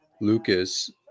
Lucas